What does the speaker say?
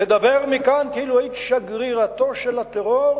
לדבר מכאן כאילו היית שגרירתו של הטרור,